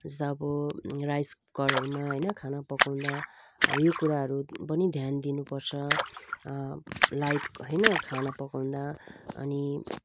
जस्तो अब राइस कुकरहरूमा हैन खाना पकाउँदा अब यो कुराहरू पनि ध्यान दिनुपर्छ लाइटको हैन खाना पकाउँदा अनि